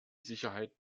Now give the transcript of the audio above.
sicherheit